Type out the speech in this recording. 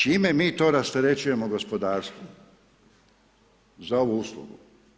Čime mi to rasterećujemo gospodarstvo za ovu uslugu?